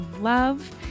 love